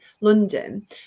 London